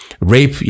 rape